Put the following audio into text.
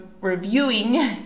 reviewing